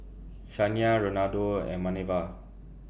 Shania Renaldo and Manerva